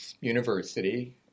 university